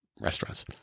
restaurants